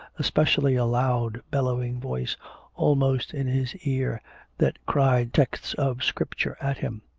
especially a loud, bellowing voice almost in his ear that cried texts of scrip ture at him.